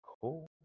cool